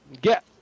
Get